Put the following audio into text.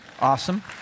awesome